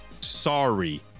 Sorry